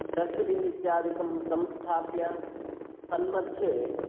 dustbin इत्यादिकं संस्थाप्य तन्मध्ये